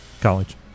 college